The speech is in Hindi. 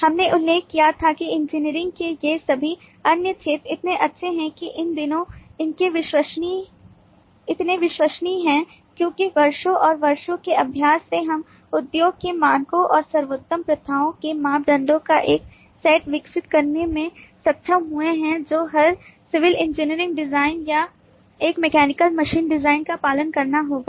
हमने उल्लेख किया था कि इंजीनियरिंग के ये सभी अन्य क्षेत्र इतने अच्छे हैं कि इन दिनों इतने विश्वसनीय हैं क्योंकि वर्षों और वर्षों के अभ्यास से हम उद्योग के मानकों और सर्वोत्तम प्रथाओं के मानदंडों का एक सेट विकसित करने में सक्षम हुए हैं जो हर सिविल इंजीनियरिंग डिजाइन या एक मैकेनिकल मशीन डिजाइन का पालन करना होगा